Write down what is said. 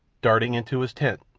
darting into his tent,